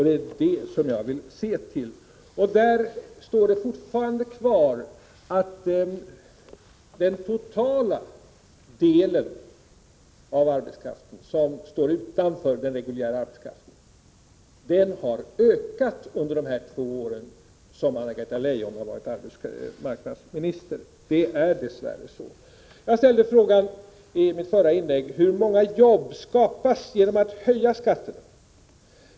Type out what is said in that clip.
Det är detta som jag vill se till, och då står det fortfarande kvar att den totala delen av arbetskraften som står utanför den reguljära arbetsmarknaden har ökat under de två år som Anna-Greta Leijon har varit arbetsmarknadsminister. Det är dess värre så. Jag ställde frågan i mitt förra inlägg: Hur många jobb skapas genom att man höjer skatterna?